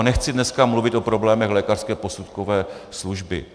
A nechci dneska mluvit o problémech lékařské posudkové služby.